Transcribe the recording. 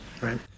Right